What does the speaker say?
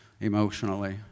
emotionally